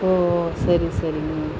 ஓ சரி சரிங்க